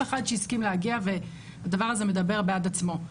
אחד שהסכים להגיע והדבר הזה מדבר בעד עצמו.